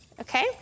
Okay